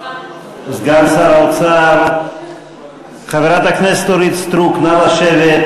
סגן שר האוצר, חברת הכנסת אורית סטרוק, נא לשבת.